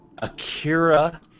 Akira